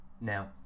Now